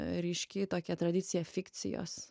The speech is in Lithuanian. ryški tokia tradicija fikcijos